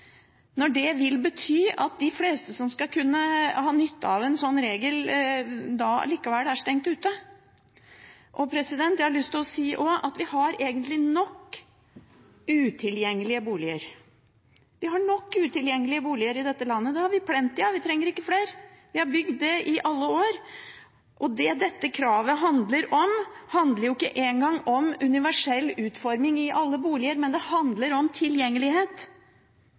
når det vil bety at de fleste som skal kunne ha nytte av en slik regel, allikevel er stengt ute? Jeg har også lyst til å si at vi egentlig har nok utilgjengelige boliger. Vi har nok utilgjengelige boliger i dette landet – det har vi plenty av, vi trenger ikke flere. Vi har bygd det i alle år. Det dette kravet handler om, er jo ikke engang universell utforming i alle boliger. Det handler om tilgjengelighet.